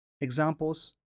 examples